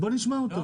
אז בואו נשמע אותו.